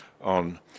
on